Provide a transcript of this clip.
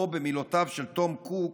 או במילותיו של טים קוק,